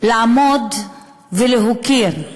לעמוד ולהוקיר,